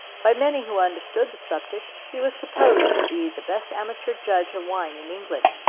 by many who understood the subject he was supposed to be the best amateur judge of wine in england.